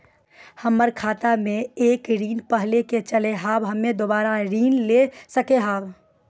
हमर खाता मे एक ऋण पहले के चले हाव हम्मे दोबारा ऋण ले सके हाव हे?